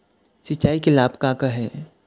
सिचाई के लाभ का का हे?